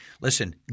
listen